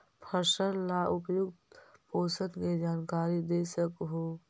फसल ला उपयुक्त पोषण के जानकारी दे सक हु?